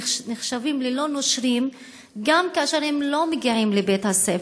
נחשבים ללא נושרים גם כאשר הם לא מגיעים לבית-הספר,